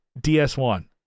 ds1